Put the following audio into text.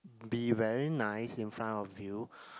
be very nice in front of you